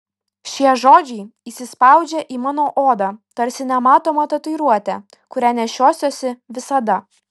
šie žodžiai įsispaudžia į mano odą tarsi nematoma tatuiruotė kurią nešiosiuosi visada